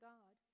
God